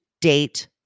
date